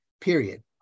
period